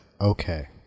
okay